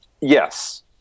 yes